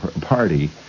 party